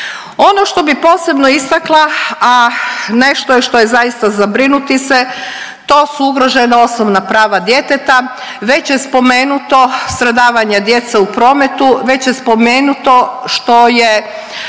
Ono što bi posebno istakla, a nešto što je zaista zabrinuti se, to su ugrožena osobna prava djeteta. Već je spomenuto stradavanje djece u prometu, već je spomenuto što je